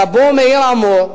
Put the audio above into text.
סבו מאיר עמור,